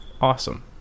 awesome